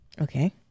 Okay